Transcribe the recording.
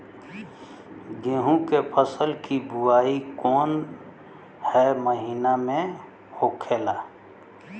गेहूँ के फसल की बुवाई कौन हैं महीना में होखेला?